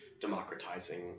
democratizing